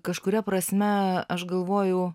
kažkuria prasme aš galvojau